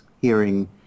hearing